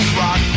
rock